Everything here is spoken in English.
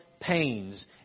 pains